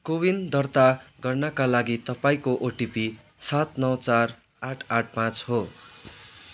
कोविन दर्ता गर्नाका लागि तपाईँँको ओटिपी सात नौ चार आठ आठ पाँच हो